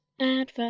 Advert